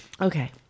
Okay